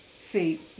See